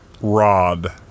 Rod